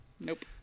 nope